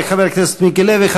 תודה לחבר הכנסת מיקי לוי.